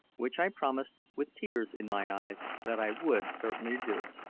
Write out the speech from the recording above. which i promised, with tears in my eyes, that i would certainly do.